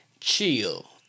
chill